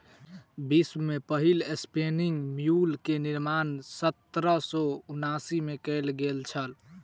विश्व में पहिल स्पिनिंग म्यूल के निर्माण सत्रह सौ उनासी में कयल गेल छल